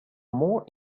more